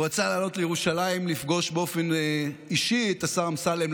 הוא רצה לעלות לירושלים לפגוש באופן אישי את השר אמסלם,